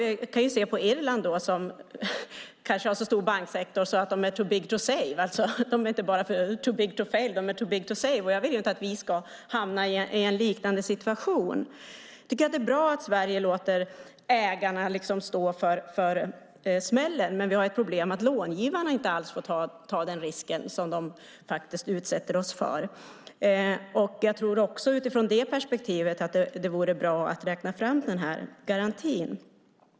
Vi kan se på Irland, som kanske har en så stor banksektor att bankerna är too big to save. De är inte bara too big to fail, de är too big to save. Jag vill inte att vi ska hamna i en liknande situation. Det är bra att Sverige låter ägarna stå för smällen, men vi har ett problem med att långivarna inte alls behöver ta risken med tanke på vad de utsätter oss för. Utifrån det perspektivet vore det bra att räkna fram garantin.